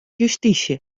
justysje